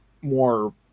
more